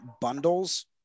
bundles